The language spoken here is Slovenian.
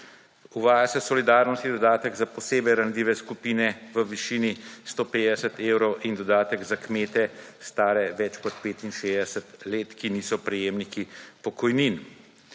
Uvaja se solidarnostni dodatek za posebej ranljive skupine v višini 150 evrov in dodatek za kmete, stare več kot 65 let, ki niso prejemniki pokojnin.